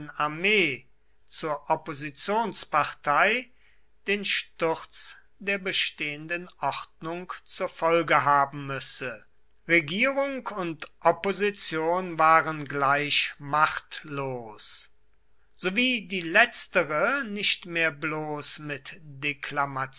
armee zur oppositionspartei den sturz der bestehenden ordnung zur folge haben müsse regierung und opposition waren gleich machtlos sowie die letztere nicht mehr bloß mit deklamationen